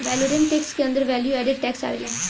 valorem tax के अंदर value added tax आवेला